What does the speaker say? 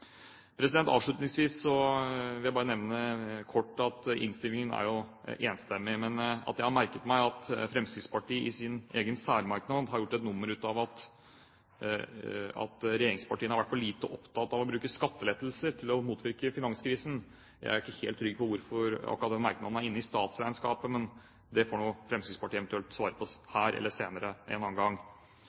Avslutningsvis vil jeg bare nevne kort at innstillingen er enstemmig, men at jeg har merket meg at Fremskrittspartiet i en egen særmerknad har gjort et nummer av at regjeringspartiene har vært for lite opptatt av å bruke skattelettelser til å motvirke finanskrisen. Jeg er ikke helt trygg på hvorfor akkurat den merknaden er inne i statsregnskapet, men det får nå Fremskrittspartiet eventuelt svare på, her eller en gang senere.